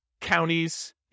counties